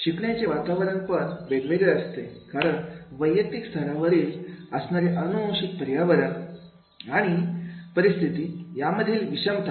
शिकण्याचे वातावरण पण वेगवेगळे असते कारण वैयक्तिक स्तरावरील असणारे अनुवंशिक पर्यावरण आणि परिस्थिती मधील विषमता